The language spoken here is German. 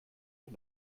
der